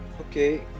Okay